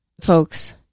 Folks